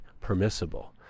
permissible